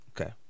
Okay